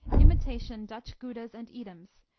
imitation dutch goudas and edams,